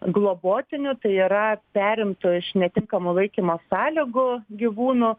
globotinių tai yra perimto iš netinkamų laikymo sąlygų gyvūnų